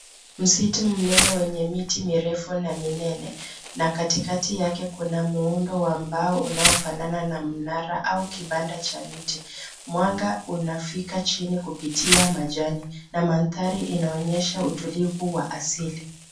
Msitu mnene wenye miti mirefu na minene na katikati yake kuna muundo wa mbao unaofanana na mnara au kibanda cha mti. Mwanga unafika chini kupitia majani na mandhari inaonyesha utulivu wa asili.